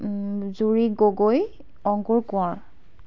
Juri Gogoi Ankur Konwar